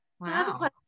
Wow